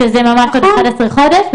שזה עוד אחד עשר חודש,